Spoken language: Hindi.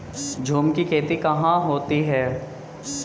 झूम की खेती कहाँ होती है?